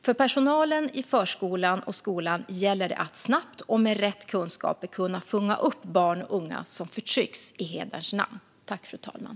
För personalen i förskolan och skolan gäller det att snabbt och med rätt kunskaper kunna fånga upp barn och unga som förtrycks i hederns namn.